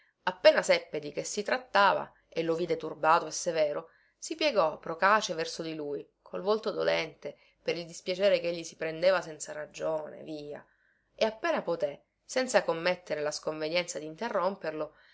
appena seppe di che si trattava e lo vide turbato e severo si piegò procace verso di lui col volto dolente per il dispiacere chegli si prendeva senza ragione via e appena poté senza commettere la sconvenienza dinterromperlo